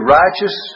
righteous